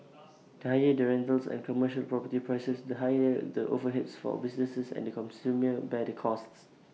the higher the rentals and commercial property prices the higher the overheads for businesses and consumers bear the costs